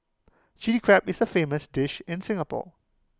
Chilli Crab is A famous dish in Singapore